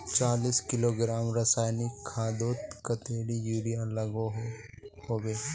चालीस किलोग्राम रासायनिक खादोत कतेरी यूरिया लागोहो होबे?